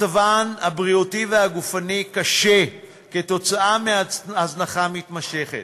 מצבן הבריאותי והגופני קשה, בשל הזנחה מתמשכת,